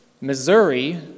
Missouri